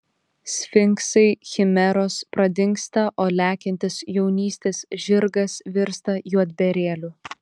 sfinksai chimeros pradingsta o lekiantis jaunystės žirgas virsta juodbėrėliu